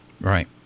right